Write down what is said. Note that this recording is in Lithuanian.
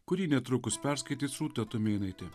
kurį netrukus perskaitys rūta tumėnaitė